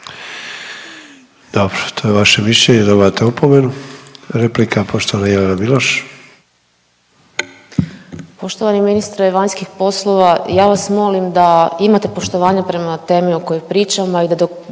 Dobro, to je vaše mišljenje i dobivate opomenu. Replika poštovana Jelena Miloš. **Miloš, Jelena (Možemo!)** Poštovani ministre vanjskih poslova, ja vas molim da imate poštovanja prema temi o kojoj pričamo i da dok